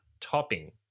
topping